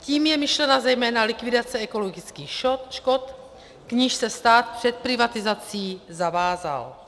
Tím je myšlena zejména likvidace ekologických škod, k níž se stát před privatizací zavázal.